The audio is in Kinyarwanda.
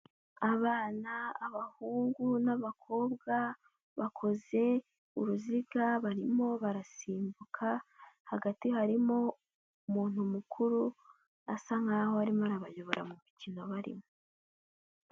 Abana, abahungu n'abakobwa bakoze uruziga barimo barasimbuka, hagati harimo umuntu mukuru, asa nk'aho arimo arabayobora mu mikino barimo.